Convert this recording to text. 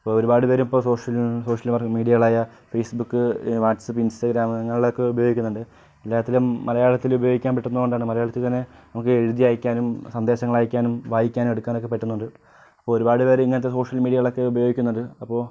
അപ്പോൾ ഒരുപാട് പേര് ഇപ്പോൾ സോഷ്യൽ സോഷ്യൽ മീഡിയകളായ ഫേസ്ബുക്ക് വാട്സ്ആപ്പ് ഇൻസ്റ്റാഗ്രാമ്കളൊക്കെ ഉപയോഗിക്കുന്നുണ്ട് എല്ലാത്തിലും മലയാളത്തില് ഉപയോഗിക്കാൻ പറ്റുന്ന കൊണ്ടാണ് മലയാളത്തിൽ തന്നെ നമുക്ക് എഴുതി അയക്കാനും സന്ദേശങ്ങളയക്കാനും വായിക്കാനും എടുക്കാനൊക്കെ പറ്റുന്നുണ്ട് അപ്പോൾ ഒരുപാട് പേര് ഇങ്ങനത്തെ സോഷ്യൽ മീഡിയകളൊക്കെ ഉപയോഗിക്കുന്നുണ്ട് അപ്പോൾ